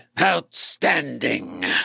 Outstanding